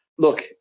Look